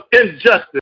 injustice